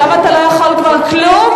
עכשיו אתה לא יכול כבר כלום,